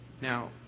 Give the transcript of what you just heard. Now